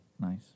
nice